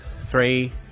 Three